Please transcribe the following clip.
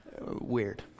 Weird